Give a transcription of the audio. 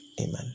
Amen